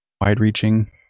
wide-reaching